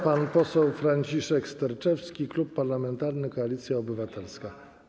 Pan poseł Franciszek Sterczewski, Klub Parlamentarny Koalicja Obywatelska.